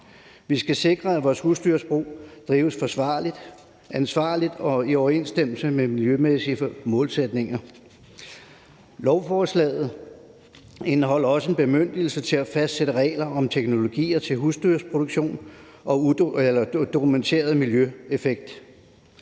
Vi skal sikre, at vores husdyrbrug drives forsvarligt, ansvarligt og i overensstemmelse med miljømæssige målsætninger. Lovforslaget indeholder også en bemyndigelse til at fastsætte regler om teknologier til husdyrproduktion og dokumenteret miljøeffekt.